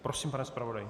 Prosím, pane zpravodaji.